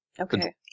Okay